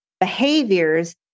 behaviors